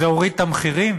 זה הוריד את המחירים?